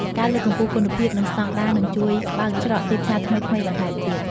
ការលើកកម្ពស់គុណភាពនិងស្តង់ដារនឹងជួយបើកច្រកទីផ្សារថ្មីៗបន្ថែមទៀត។